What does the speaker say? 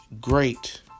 great